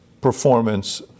performance